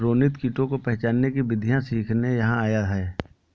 रोनित कीटों को पहचानने की विधियाँ सीखने यहाँ आया है